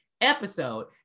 episode